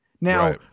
Now